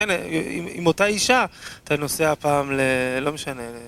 כן, עם אותה אישה אתה נוסע פעם ל... לא משנה